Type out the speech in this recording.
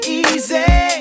easy